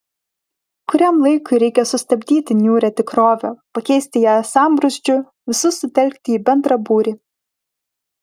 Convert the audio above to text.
kuriam laikui reikia sustabdyti niūrią tikrovę pakeisti ją sambrūzdžiu visus sutelkti į bendrą būrį